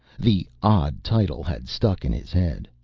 the odd title had stuck in his head.